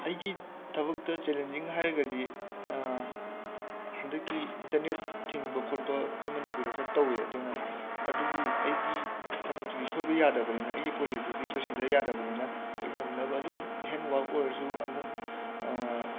ꯑꯩꯒꯤ ꯊꯕꯛꯇ ꯆꯦꯂꯦꯟꯖꯤꯡ ꯍꯥꯏꯔꯒꯗꯤ ꯍꯟꯗꯛꯀꯤ ꯏꯟꯇꯔꯅꯦꯠ ꯊꯤꯡꯕ ꯈꯣꯠꯄ ꯑꯩꯈꯣꯏ ꯃꯅꯤꯄꯨꯔꯗ ꯈ ꯇꯧꯋꯦ ꯑꯗꯨꯅ ꯑꯗꯨꯕꯨ ꯑꯩꯒꯤ ꯊꯕꯛꯇꯨꯗꯤ ꯁꯣꯏꯕ ꯌꯥꯗꯕꯅꯤꯅ ꯑꯩꯒꯤ ꯄꯣꯔꯖꯦꯛꯇꯨꯗꯤ ꯂꯣꯏꯁꯟꯗ ꯌꯥꯗꯕꯅꯤꯅ ꯑꯩ ꯉꯝꯅꯕ ꯑꯗꯨꯝ ꯍꯦꯟꯋꯥꯛ ꯑꯣꯏꯔꯁꯨ ꯑꯗꯨꯝ